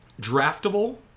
draftable